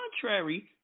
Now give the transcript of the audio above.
contrary